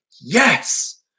yes